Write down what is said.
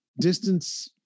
distance